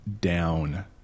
down